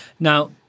Now